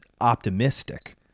optimistic